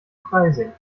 freising